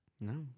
No